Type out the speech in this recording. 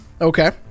Okay